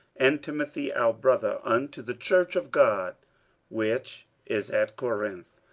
and timothy our brother, unto the church of god which is at corinth,